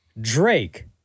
Drake